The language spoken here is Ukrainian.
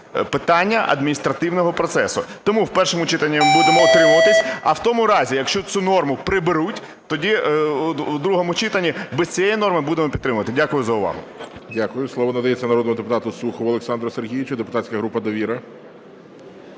питання адміністративного процесу. Тому в першому читанні ми будемо утримуватися. А в тому разі, якщо цю норму приберуть, тоді в другому читанні без цієї норми будемо підтримувати. Дякую за увагу. ГОЛОВУЮЧИЙ. Дякую. Слово надається народному депутату Сухову Олександру Сергійовичу, депутатська група "Довіра".